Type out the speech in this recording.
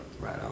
Right